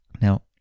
Now